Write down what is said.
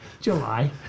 July